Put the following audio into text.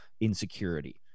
insecurity